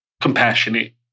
compassionate